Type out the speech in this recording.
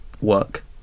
work